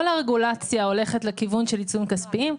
כל הרגולציה הולכת לכיוון של עיצומים כספיים.